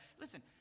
Listen